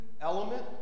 element